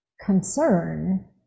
concern